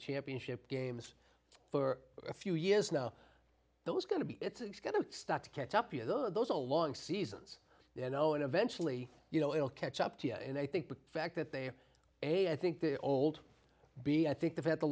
championship games for a few years now those going to be it's going to start to catch up you know those along seasons you know and eventually you know it'll catch up to you and i think the fact that they may i think the old be i think that the